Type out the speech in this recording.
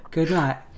Goodnight